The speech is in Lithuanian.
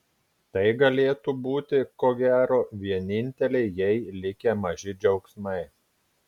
tai galėtų būti ko gero vieninteliai jai likę maži džiaugsmai